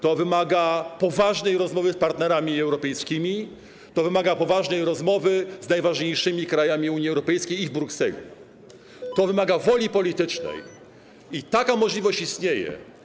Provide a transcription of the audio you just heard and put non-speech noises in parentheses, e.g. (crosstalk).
To wymaga poważnej rozmowy z partnerami europejskimi, to wymaga poważnej rozmowy z najważniejszymi krajami Unii Europejskiej w Brukseli, (noise) to wymaga woli politycznej i taka możliwość istnieje.